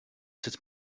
sut